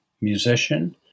musician